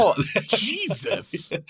Jesus